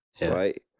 right